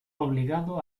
obligado